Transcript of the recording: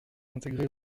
intégré